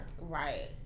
right